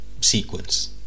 sequence